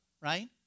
right